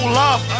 love